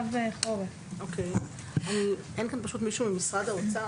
אין כאן מישהו ממשרד האוצר